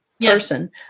person